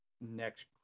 next